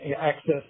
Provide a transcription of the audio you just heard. access